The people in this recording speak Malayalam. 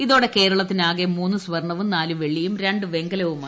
ഇതോടെ കേരളത്തിന് ആകെ മൂന്ന് സ്വർണവും നാല് വെള്ളിയും രണ്ട് വെങ്കലവുമായി